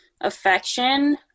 affection